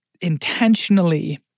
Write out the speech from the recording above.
intentionally